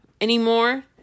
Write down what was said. anymore